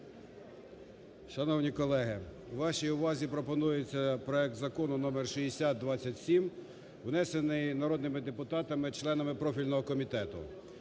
Шановні колеги, вашій увазі пропонується проект Закону (номер 6027) внесений народними депутатами членами профільного комітету.